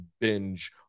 binge